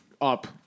up